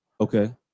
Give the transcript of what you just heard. Okay